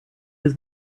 does